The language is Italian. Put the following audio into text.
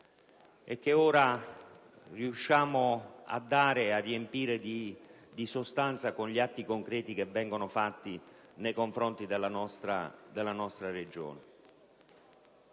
e che ora riusciamo a tradurre in sostanza con atti concreti che vengono assunti nei confronti della nostra Regione.